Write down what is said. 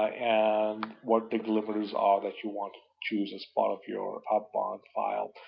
and what the delimiters are that you want to choose as part of your outbound file.